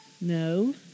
No